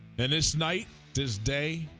and this night tuesday